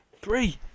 three